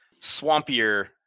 swampier